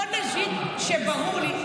בוא נגיד שברור לי,